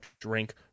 drink